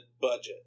budget